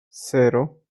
cero